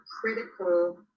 critical